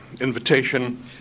invitation